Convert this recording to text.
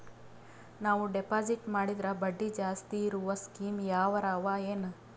ನಾವು ಡೆಪಾಜಿಟ್ ಮಾಡಿದರ ಬಡ್ಡಿ ಜಾಸ್ತಿ ಇರವು ಸ್ಕೀಮ ಯಾವಾರ ಅವ ಏನ?